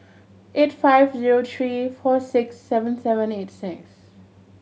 eight five zero three four six seven seven eight six